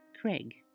Craig